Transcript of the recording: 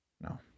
No